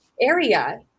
area